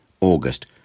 August